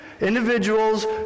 individuals